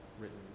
written